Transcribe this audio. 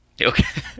Okay